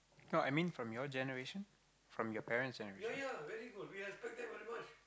no I mean from your generation from your parent's generation